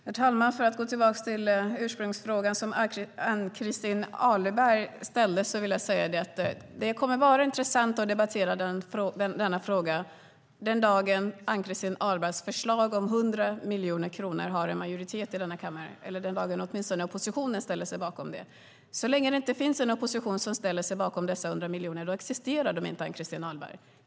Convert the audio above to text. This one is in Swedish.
Herr talman! För att gå tillbaka till ursprungsfrågan som Ann-Christin Ahlberg ställde vill jag säga att det kommer att vara intressant att debattera denna fråga den dagen Ann-Christin Ahlbergs förslag om 100 miljoner kronor har en majoritet i denna kammare, eller åtminstone den dagen oppositionen ställer sig bakom det. Så länge det inte finns en opposition som ställer sig bakom dessa 100 miljoner existerar de inte, Ann-Christin Ahlberg.